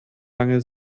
lange